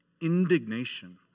indignation